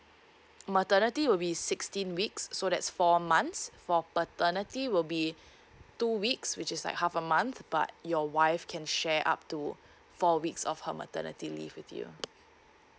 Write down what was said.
maternity will be sixteen weeks so that's four months for paternity will be two weeks which is like half a month but your wife can share up to four weeks of her maternity leave with you